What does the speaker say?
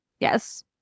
Yes